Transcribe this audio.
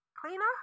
cleaner